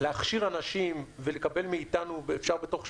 להכשיר אנשים ולקבל מאתנו אפשר בתוך שבועיים.